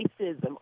racism